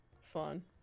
fun